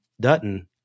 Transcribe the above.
Dutton